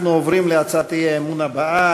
אנחנו עוברים להצעת האי-אמון הבאה,